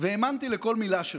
והאמנתי לכל מילה שלך.